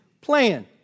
plan